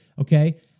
okay